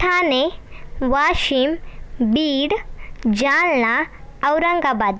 Thane Washim Beed Jalna Aurangabad